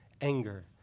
anger